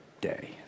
day